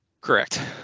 Correct